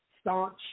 staunch